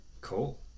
cool